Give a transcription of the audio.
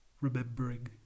remembering